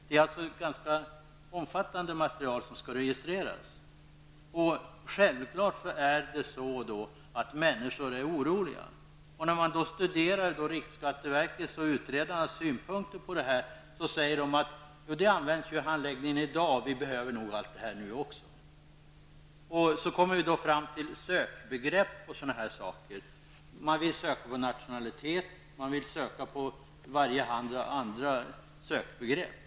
Det är alltså ett ganska omfattande material som skall registreras. Och självklart är människor oroliga. Från riksskatteverket och utredarna sägs att dessa uppgifter används vid handläggningen i dag och att man nog behöver dem även i fortsättningen. Sedan kommer man fram till sökbegrepp osv. Man vill alltså söka på nationalitet och en mängd andra sökbegrepp.